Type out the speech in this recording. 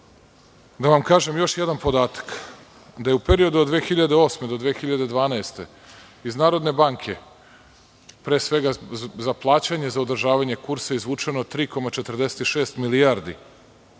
da vam kažem još jedan podatak. Da je u periodu od 2008. do 2012. iz Narodne banke, pre svega za plaćanje i održavanje kursa izvučeno je 3,46 milijardi